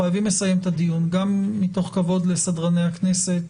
חייבים לסיים את הדיון גם מתוך כבוד לסדרני הכנסת.